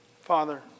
Father